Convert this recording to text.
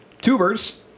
tubers